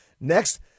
Next